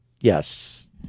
yes